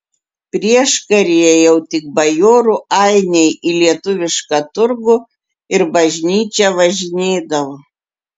prieškaryje jau tik bajorų ainiai į lietuvišką turgų ir bažnyčią važinėdavo